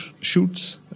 shoots